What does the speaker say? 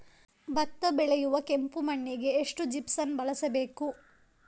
ಭತ್ತ ಬೆಳೆಯುವ ಕೆಂಪು ಮಣ್ಣಿಗೆ ಎಷ್ಟು ಜಿಪ್ಸಮ್ ಬಳಸಬೇಕು?